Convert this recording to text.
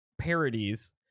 parodies